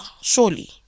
surely